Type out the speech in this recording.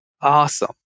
Awesome